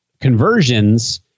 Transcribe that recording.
conversions